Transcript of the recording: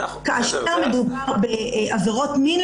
כאשר מדובר בעבירות מין,